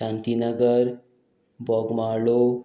Shantinagar Bogmalo